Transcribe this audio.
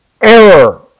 error